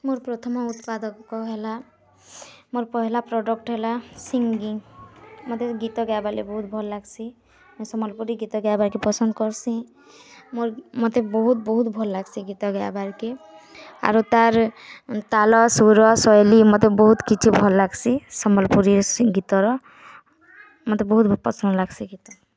ମୋର୍ ପ୍ରଥମ ଉତ୍ପାଦକ ହେଲା ମୋର୍ ପହେଲା ପ୍ରଡ଼କ୍ଟ୍ ହେଲା ସିଙ୍ଗିଙ୍ଗ୍ ମୋତେ ଗୀତ ଗାଇବାର୍ଲାଗି ବହୁତ୍ ଭଲ୍ ଲାଗ୍ସି ମୁଇଁ ସମଲ୍ପୁରୀ ଗୀତ ଗାଇବାରକି ପସନ୍ଦ କରସିଁ ମୋତେ ବହୁତ୍ ବହୁତ୍ ଭଲ୍ ଲାଗସି ଗୀତ ଗାଇବାରକେ ଆରୁ ତାର୍ ତାଲ ସୂର ଶୈଲୀ ମୋତେ ବହୁତ୍ କିଛି ଭଲ୍ ଲାଗ୍ସି ସମଲ୍ପୁରୀ ଗୀତର ମତେ ବହୁତ୍ ପସନ୍ଦ ଲାଗ୍ସି